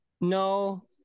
no